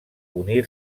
unir